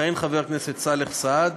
יכהן חבר הכנסת סאלח סעד.